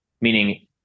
meaning